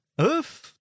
Oof